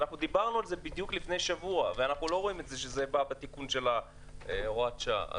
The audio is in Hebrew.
דיברנו על זה לפני שבוע ואנחנו לא רואים שזה בא בתיקון של הוראת השעה.